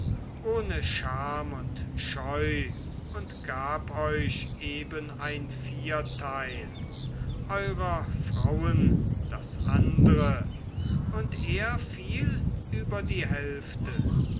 ohne scham und scheu und gab euch eben ein viertel eurer frauen das andre und er fiel über die hälfte